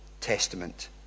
Testament